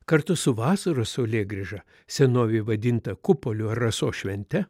kartu su vasaros saulėgrįža senovėj vadinta kupolių ar rasos švente